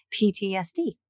PTSD